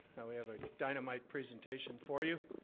we have a dynamite presentation for you.